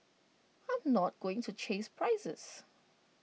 I'm not going to chase prices